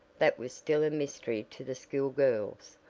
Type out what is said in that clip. that was still a mystery to the school girls.